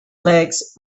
legs